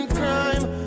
crime